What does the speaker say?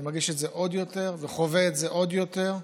אני מרגיש את זה עוד יותר וחווה את זה עוד יותר.